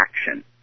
action